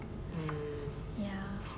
ya